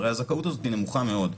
הרי הזכאות הזאת נמוכה מאוד,